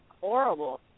horrible